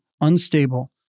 unstable